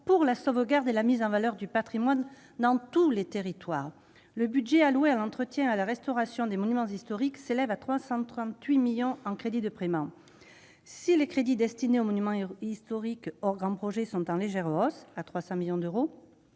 pour la sauvegarde et la mise en valeur du patrimoine dans tous les territoires. Le budget alloué à l'entretien et à la restauration des monuments historiques s'élève à 338 millions d'euros en crédits de paiement. Si les crédits destinés aux monuments historiques, hors grands projets, sont en légère hausse, atteignant 300 millions d'euros,